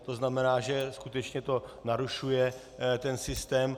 To znamená, že skutečně to narušuje ten systém.